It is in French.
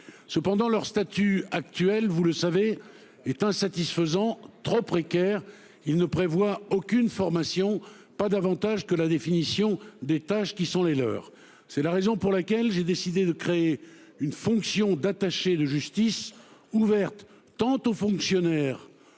Cependant, leur statut actuel, vous le savez est insatisfaisant trop précaire, il ne prévoit aucune formation, pas davantage que la définition des tâches qui sont les leurs. C'est la raison pour laquelle j'ai décidé de créer une fonction d'attaché de justice ouverte tant aux fonctionnaires